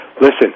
listen